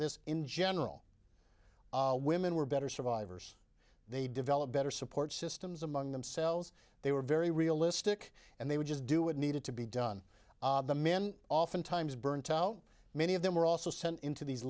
this in general women were better survivors they develop better support systems among themselves they were very realistic and they would just do what needed to be done the men oftentimes burnt out many of them were also sent into these